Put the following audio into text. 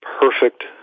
perfect